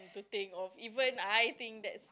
thing of even I think that's